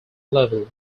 level